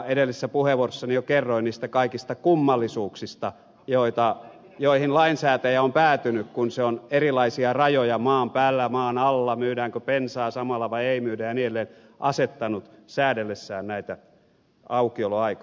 edellisessä puheenvuorossani jo kerroin niistä kaikista kummallisuuksista joihin lainsäätäjä on päätynyt kun se on erilaisia rajoja maan päällä maan alla myydäänkö bensaa samalla vai ei asettanut säädellessään näitä aukioloaikoja